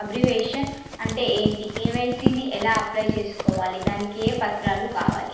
Abbreviation అంటే ఏంటి KYC ని ఎలా అప్లై చేసుకోవాలి దానికి ఏ పత్రాలు కావాలి?